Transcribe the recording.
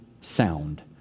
sound